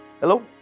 Hello